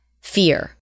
fear